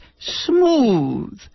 smooth